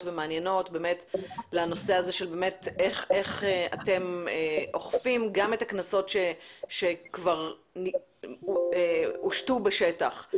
ומעניינות לנושא הזה של איך אתם אוכפים גם את הקנסות שכבר הושתו בשטח.